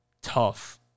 tough